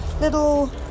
little